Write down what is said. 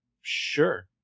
sure